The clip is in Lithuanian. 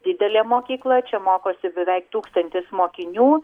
didelė mokykla čia mokosi beveik tūkstantis mokinių